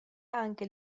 anche